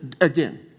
again